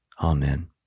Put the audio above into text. Amen